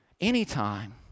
Anytime